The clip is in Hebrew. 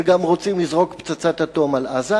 וגם רוצים לזרוק פצצת אטום על עזה.